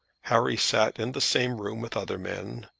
harry sat in the same room with other men,